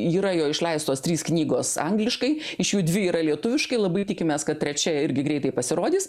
yra jo išleistos trys knygos angliškai iš jų dvi yra lietuviškai labai tikimės kad trečia irgi greitai pasirodys